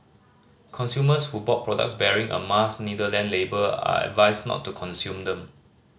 consumers who bought products bearing a Mars Netherlands label are advised not to consume them